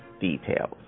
details